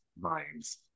minds